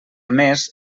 més